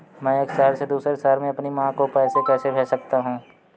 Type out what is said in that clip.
मैं एक शहर से दूसरे शहर में अपनी माँ को पैसे कैसे भेज सकता हूँ?